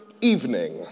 evening